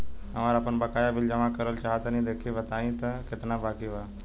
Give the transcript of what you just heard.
हमरा आपन बाकया बिल जमा करल चाह तनि देखऽ के बा ताई केतना बाकि बा?